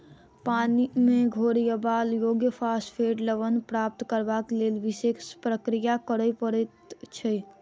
पानि मे घोरयबा योग्य फास्फेट लवण प्राप्त करबाक लेल विशेष प्रक्रिया करय पड़ैत छै